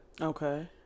Okay